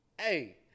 Hey